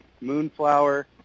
Moonflower